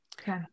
Okay